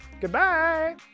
Goodbye